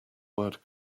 word